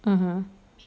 (uh huh)